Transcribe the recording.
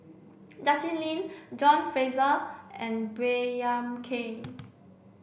Justin Lean John Fraser and Baey Yam Keng